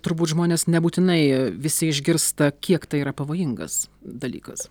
turbūt žmonės nebūtinai visi išgirsta kiek tai yra pavojingas dalykas